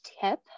tip